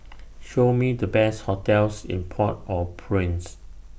Show Me The Best hotels in Port Au Prince